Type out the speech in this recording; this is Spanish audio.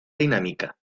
dinámica